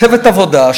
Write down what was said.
צוות עבודה.